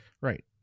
Right